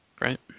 right